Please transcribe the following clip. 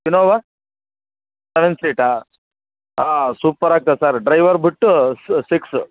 Innova seven ಸೀಟಾ ಹಾಂ super ಆಗ್ತದೆ ಸರ್ ಡ್ರೈವರ್ ಬಿಟ್ಟು ಸಿಕ್ಸು